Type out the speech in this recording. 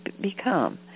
become